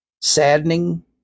saddening